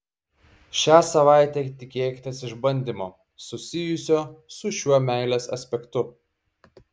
šią savaitę tikėkitės išbandymo susijusio su šiuo meilės aspektu